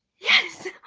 yes!